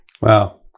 Wow